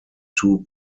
two